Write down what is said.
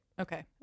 Okay